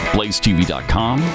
BlazeTV.com